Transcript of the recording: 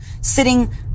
sitting